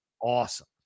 awesome